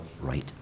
right